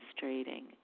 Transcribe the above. demonstrating